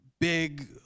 big